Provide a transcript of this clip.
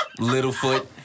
Littlefoot